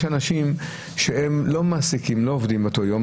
יש אנשים שלא מעסיקים, לא עובדים באותו יום.